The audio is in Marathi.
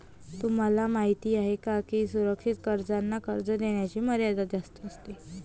तुम्हाला माहिती आहे का की सुरक्षित कर्जांना कर्ज घेण्याची मर्यादा जास्त असते